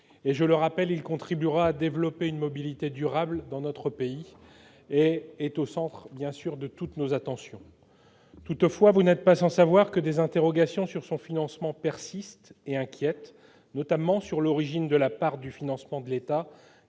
Je le rappelle, il contribuera à développer une mobilité durable dans notre pays et il est au centre de toutes nos attentions. Toutefois, vous le savez, des interrogations sur son financement persistent. Les inquiétudes portent notamment sur l'origine de la part du financement de l'État